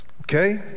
okay